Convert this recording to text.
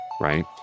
right